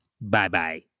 Bye-bye